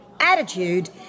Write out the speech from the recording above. attitude